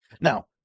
Now